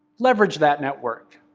leverage that network.